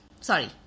Sorry